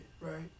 right